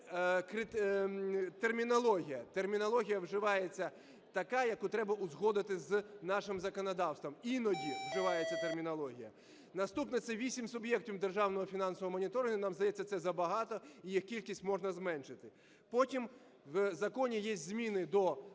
термінологія. Термінологія вживається така, яку треба узгодити з нашим законодавством, іноді вживається термінологія. Наступне. Це вісім суб'єктів державного фінансового моніторингу. Нам здається, це забагато , і їх кількість можна зменшити. Потім, у законі є зміни до